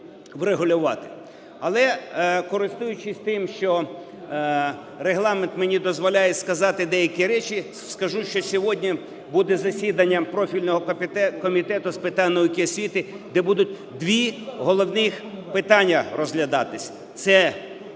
Але, користуючись тим, що регламент мені дозволяє сказати деякі речі, скажу, що сьогодні буде засідання профільного Комітету з питань науки і освіти, де будуть два головних питаннях розглядатися - це